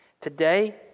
Today